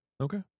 Okay